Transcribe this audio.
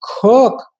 cook